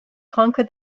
conquer